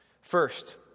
First